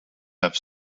have